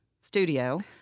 studio